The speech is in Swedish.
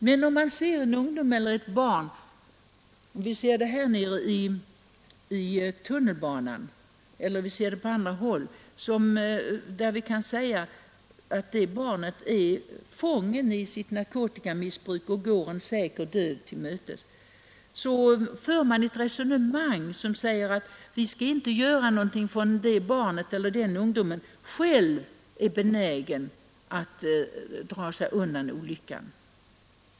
Men om man ser en ung människa eller ett barn, här nere i tunnelbanan eller på andra håll, och kan säga att den det gäller är fången i sitt narkotikamissbruk och går en säker död till mötes, så för man följande resonemang: Vi ska inte göra något för det barnet eller den unga människan förrän han eller hon själv är benägen att dra sig undan olyckan.